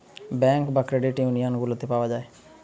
bank বা credit union গুলাতে পাওয়া যায়